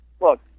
look